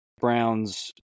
Browns